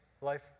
life